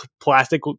plastic